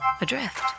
Adrift